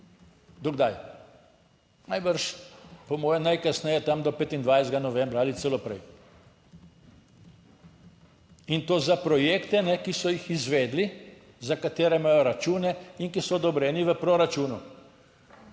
Do kdaj? Najbrž, po moje najkasneje tam do 25. novembra ali celo prej in to za projekte, ki so jih izvedli, za katere imajo račune in ki so odobreni v proračunu.